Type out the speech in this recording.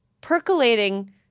percolating